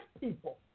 people